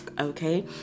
okay